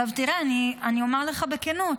אומר לך בכנות,